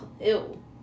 ew